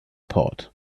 port